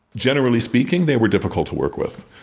generally speaking they were difficult to work with.